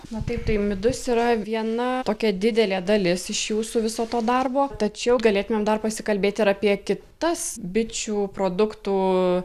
na taip tai midus yra viena tokia didelė dalis iš jūsų viso to darbo tačiau galėtumėm dar pasikalbėti ir apie kitas bičių produktų